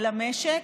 למשק.